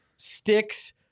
Sticks